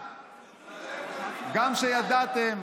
גם כשידעתם